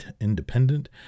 independent